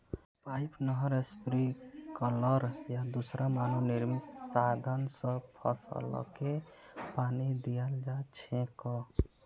pipe, नहर, sprinkler या दूसरा मानव निर्मित साधन स फसलके पानी दियाल जा छेक